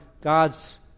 God's